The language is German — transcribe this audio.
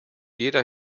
jeder